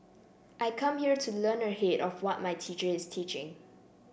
I come here to learn ahead of what my teacher is teaching